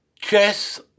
Chess